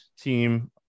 team